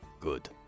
Good